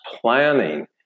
planning